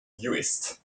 uist